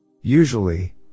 Usually